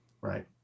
Right